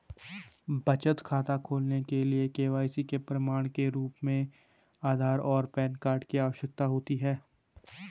बचत खाता खोलने के लिए के.वाई.सी के प्रमाण के रूप में आधार और पैन कार्ड की आवश्यकता होती है